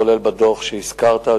כולל בדוח שהזכרת,